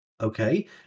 Okay